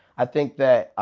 i think that,